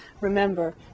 Remember